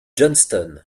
johnston